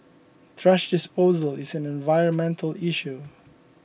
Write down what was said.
thrash disposal is an environmental issue